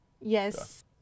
Yes